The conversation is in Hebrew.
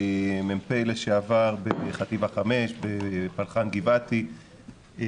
מ"פ לשעבר בחטיבה 5 בפלח"ן גבעתי,